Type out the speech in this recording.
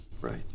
right